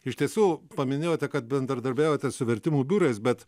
iš tiesų paminėjote kad bendradarbiaujate su vertimų biurais bet